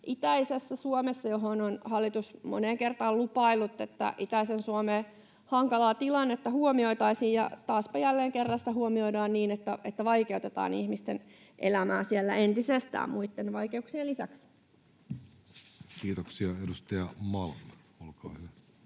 itäisessä Suomessa. Hallitus on moneen kertaan lupaillut, että itäisen Suomen hankalaa tilannetta huomioitaisiin, ja taaspa jälleen kerran sitä huomioidaan niin, että vaikeutetaan ihmisten elämää siellä entisestään muitten vaikeuksien lisäksi. [Speech 221] Speaker: